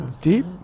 deep